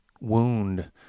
wound